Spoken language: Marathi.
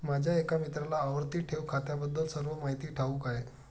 माझ्या एका मित्राला आवर्ती ठेव खात्याबद्दल सर्व माहिती ठाऊक आहे